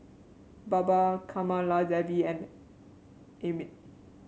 Baba Kamaladevi and Amit